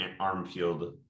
Armfield